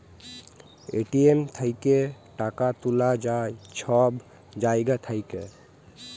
ATM থ্যাইকে টাকা তুলা যায় ছব জায়গা থ্যাইকে